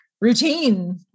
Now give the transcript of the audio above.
routine